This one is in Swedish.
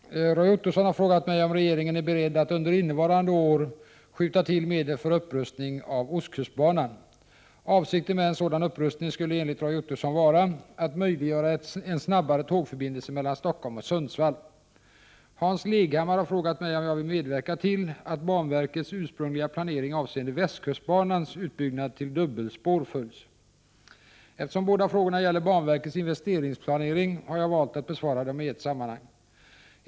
Herr talman! Roy Ottosson har frågat mig om regeringen är beredd att under innevarande år skjuta till medel för upprustning av ostkustbanan. Avsikten med en sådan upprustning skulle enligt Roy Ottosson vara att möjliggöra en snabbare tågförbindelse mellan Stockholm och Sundsvall. Hans Leghammar har frågat mig om jag vill medverka till att banverkets 9” Eftersom båda frågorna gäller banverkets investeringsplanering har jag valt att besvara dem i ett sammanhang.